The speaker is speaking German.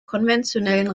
konventionellen